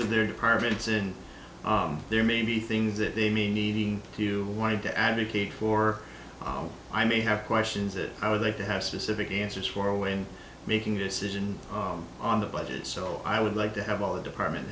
of their departments and there may be things that they may needing you wanted to advocate for i may have questions it i would like to have specific answers for when making a decision on the budget so i would like to have all the department